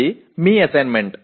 అది మీ అసైన్మెంట్